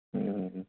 ہوں ہوں ہوں